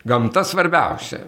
gamta svarbiausia